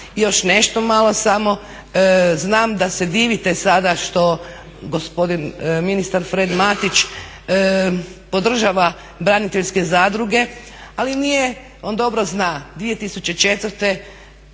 još nešto malo samo, znam da se divite sada što gospodin ministar Fred Matić podržava braniteljske zadruge, ail nije, on dobro zna 2004.